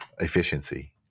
efficiency